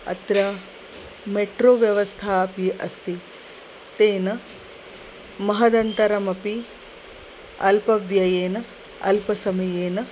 अत्र मेट्रो व्यवस्था अपि अस्ति तेन महदन्तरमपि अल्पव्ययेन अल्पसमयेन